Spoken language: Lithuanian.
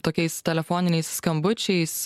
tokiais telefoniniais skambučiais